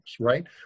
right